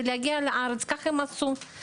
כך עשו.